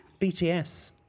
BTS